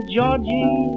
Georgie